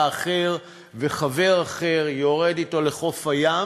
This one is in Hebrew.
אחר או חבר אחר יורד אתו לחוף הים,